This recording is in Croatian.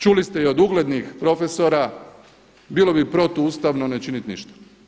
Čuli ste i od uglednih profesora bilo bi protu ustavno ne činit ništa.